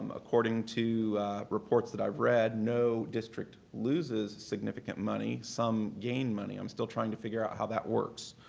um according to reports that i've read, no district loses significant money. some gain money. i'm still trying to figure out how that works.